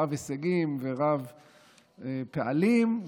רב-הישגים ורב-פעלים,